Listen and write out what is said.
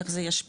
איך זה ישפיע,